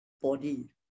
body